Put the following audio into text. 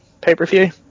pay-per-view